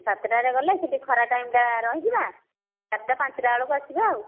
ସାତଟାରେ ଗଲେ ସେଇଟି ଖରା ଟାଇମ ଟା ରହିଯିବା ଚାରଟା ପାଞ୍ଚଟା ବେଳକୁ ଆସିବା ଆଉ